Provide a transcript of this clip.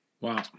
Wow